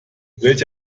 welch